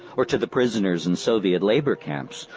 or to the prisoners in soviet labor camps,